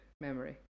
Memory